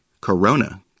Corona